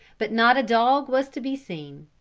but not a dog was to be seen.